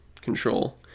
control